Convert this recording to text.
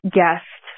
guest